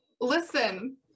listen